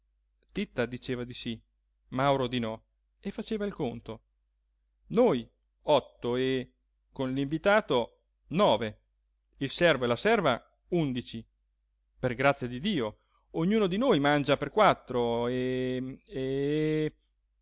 titta diceva di sí mauro di no e faceva il conto noi otto e con l'invitato nove il servo e la serva undici per grazia di dio ognuno di noi mangia per quattro e e